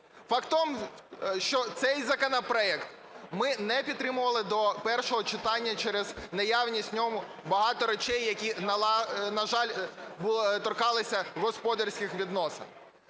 в тому, що цей законопроект ми не підтримували до першого читання через наявність у ньому багато речей, які, на жаль, торкалися господарських відносин.